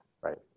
right